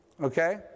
Okay